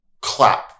clap